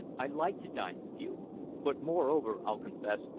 i'd like to dine with you but moreover, i'll confess,